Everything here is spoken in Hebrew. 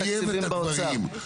אנחנו נטייב את הדברים.